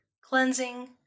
cleansing